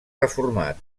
reformat